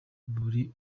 bwari